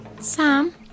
Sam